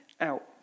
out